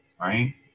right